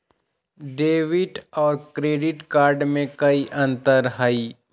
Debit और credit card में कई अंतर हई?